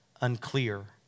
unclear